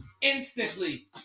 instantly